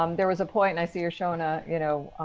um there was a point. i see you're showing a you know,